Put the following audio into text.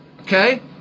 okay